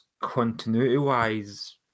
continuity-wise